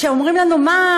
שאומרים לנו: מה,